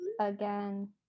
again